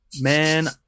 Man